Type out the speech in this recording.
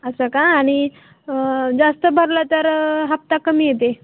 असं का आणि जास्त भरलं तर हप्ता कमी येते